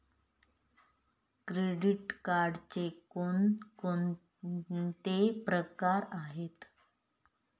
Credit कार्डचे कोणकोणते प्रकार आहेत?